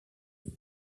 says